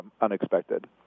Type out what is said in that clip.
unexpected